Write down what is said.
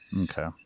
Okay